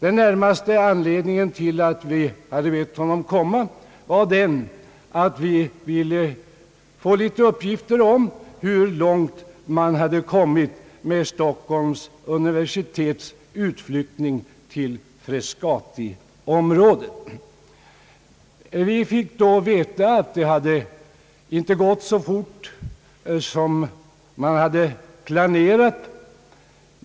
Den närmaste anledningen till att vi hade bett honom komma var att vi ville få en del uppgifter om hur långt man hade kommit med Stockholms universitets utflyttning till Frescati-området. Vi fick då veta att det inte hade gått så fort som man hade planerat.